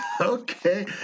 Okay